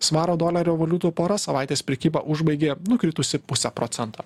svaro dolerio valiutų pora savaitės prekybą užbaigė nukritusi puse procento